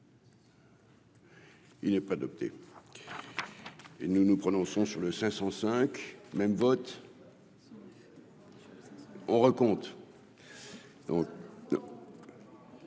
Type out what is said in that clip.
Il n'est pas adopté. Et nous nous prononçons sur le 505 même vote. On raconte